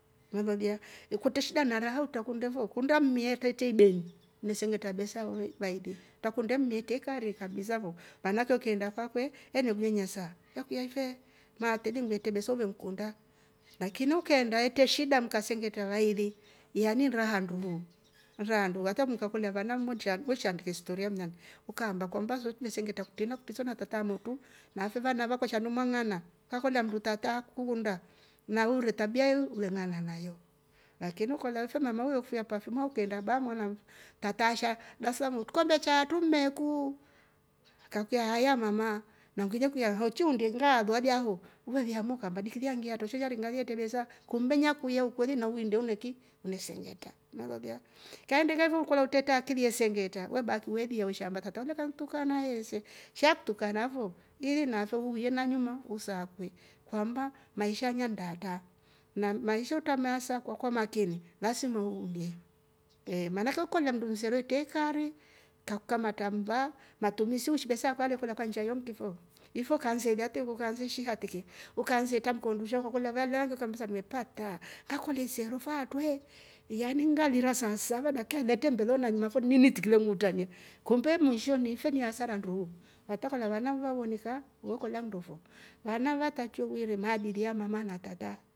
Navolia ukute shida naraha utakundavo kuna mia ertete ibeli nisingeta besa wawa vaili pakundem meiteka ri kabisa vo maana ake ukienda kwakwe enyebuinyasa kakwia fe nateli mwete beso vemkunda lakini ukienda hete shida mkasengeta laili yaminda handulu raandulu hata mukakolia vana mmocha weshandike historia mnyandu ukaamba kwamba soozi kumesengeta kutema kuteseno natatamo motu na fuva nava kushandwamu mwanga'na kwa kwenda mruta kuunda na ure tabia yelu werna nangayo lakini ukolofia mama uyokfia perfume ukaenda bar mwana tatasha glasiia murkombe chatuu mmeku kakwia haya mama na mngili kwiya hauchundi mvaalu hadiaho vulia mukamba dikidia ngia to sheharim mngaliete besa kumbe nyakuyo ukweli na uyuwindoneki lesengeta na lolia kaende ngevu kola uteta akili ye sengeta webaki welia weshambatata holia kantukana hesa shaktukana vo ili na souvo ye naniuma usakwe kwamba maisha ni ya mndata na maisha utamasa kwa kuwa makini lazima udie ehh maana ake ukolia ndum msereke kekali kaukamata mba matumizi ushii besa kwaliokola kanjayo mkifo ifo kaanze iliate ivo kanze shii hatake ukanze tamkondusho kwa kolia val lange kabisa nmepata kakolia inserufa tuwe yani ngarira saa saba ilete mbolanyi mafundo nili tikilo muundani kumbe mwishoni ife ni hasara ndouwo wapaka na wawana vua wonika ukola mdofo. vana vatachovwire maadili ya mama na tata.